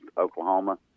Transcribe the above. Oklahoma